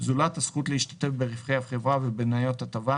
זולת הזכות להשתתף ברווחי החברה ובמניות הטבה,